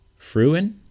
Fruin